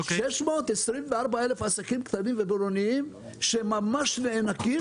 624,000 עסקים קטנים ובינוניים שממש נאנקים,